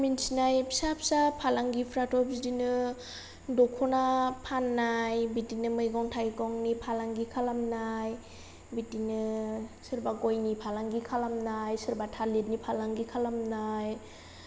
आं मिथिनाय फिसा फिसा फालांगिफ्राथ' बिदिनो द'खना फाननाय बिदिनो मैगं थाइगंनि फालांगि खालामनाय बिदिनो सोरबा गयनि फालांगि खालामनाय सोरबा थालिरनि फालांगि खालामनाय